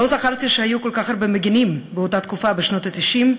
לא זכרתי שהיו כל כך הרבה מגִנים באותה תקופה בשנות ה-90.